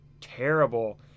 terrible